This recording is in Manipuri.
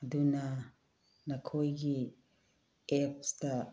ꯑꯗꯨꯅ ꯅꯈꯣꯏꯒꯤ ꯑꯦꯄꯁꯇ